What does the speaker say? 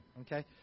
Okay